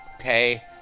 okay